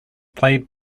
played